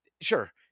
sure